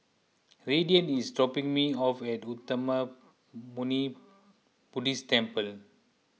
Raiden is dropping me off at Uttamayanmuni Buddhist Temple